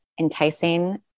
enticing